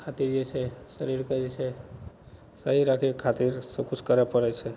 अथी जे छै शरीरके जे छै शरीर अपेक्षाकृत सबकिछु करय पड़य छै